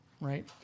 right